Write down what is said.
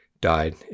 died